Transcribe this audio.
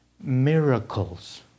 miracles